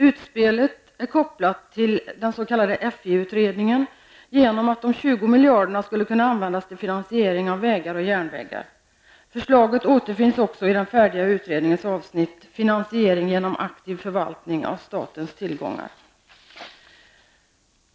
Utspelet är kopplat till den s.k. FI utredningen så till vida att dessa 20 miljarder skulle kunna användas till finansiering av vägar och järnvägar. Förslaget återfinns också i den färdiga utredningens avsnitt Finansiering genom aktiv förvaltning av statens tillgångar.